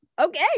okay